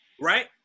Right